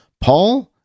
Paul